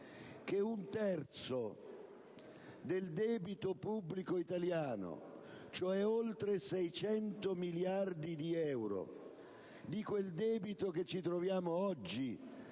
che un terzo del debito pubblico italiano, cioè oltre 600 miliardi di euro di quel debito che ci troviamo oggi